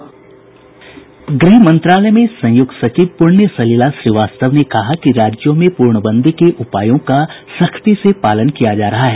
गृह मंत्रालय में संयुक्त सचिव पुण्य सलिला श्रीवास्तव ने कहा कि राज्यों में पूर्णबंदी के उपायों का सख्ती से पालन किया जा रहा है